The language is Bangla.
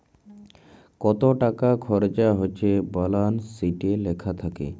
কত টাকা খরচা হচ্যে ব্যালান্স শিটে লেখা থাক্যে